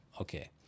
Okay